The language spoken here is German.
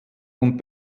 und